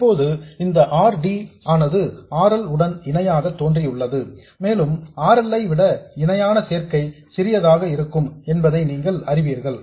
இப்போது இந்த R D ஆனது R L உடன் இணையாக தோன்றியுள்ளது மேலும் R L ஐ விட இணையான சேர்க்கை சிறியதாக இருக்கும் என்பதை நீங்கள் அறிவீர்கள்